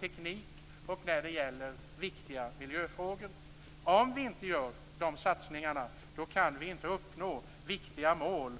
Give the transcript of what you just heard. teknik och viktiga miljöfrågor. Om vi inte gör dessa satsningar, kan vi inte uppnå viktiga mål.